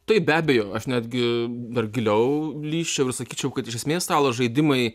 taip be abejo aš netgi dar giliau lįsčiau ir sakyčiau kad iš esmės stalo žaidimai